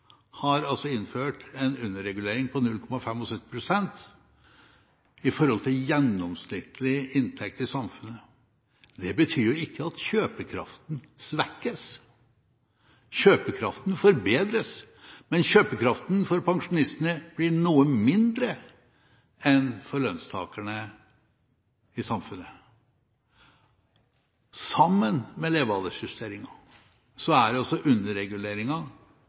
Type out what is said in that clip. har innført en underregulering på 0,75 pst. i forhold til gjennomsnittlig inntekt i samfunnet. Det betyr ikke at kjøpekraften svekkes. Kjøpekraften forbedres, men kjøpekraften for pensjonistene blir noe mindre enn for lønnstakerne i samfunnet. Sammen med levealdersjusteringen er altså underreguleringen hovedelementet i pensjonsreformens bærekraft. Det